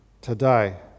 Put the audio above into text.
today